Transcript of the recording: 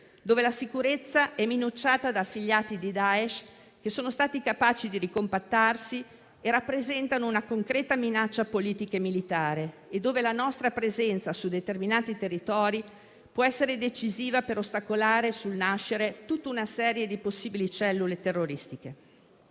dove la sicurezza è minacciata da affiliati di Daesh che sono stati capaci di ricompattarsi e rappresentano una concreta minaccia politica e militare e dove la nostra presenza su determinati territori può essere decisiva per ostacolare sul nascere tutta una serie di possibili cellule terroristiche.